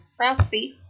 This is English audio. Rousey